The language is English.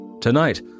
Tonight